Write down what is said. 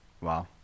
Wow